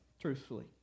truthfully